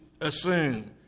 assume